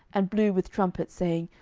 and blew with trumpets, saying,